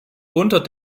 unter